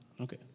okay